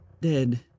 Dead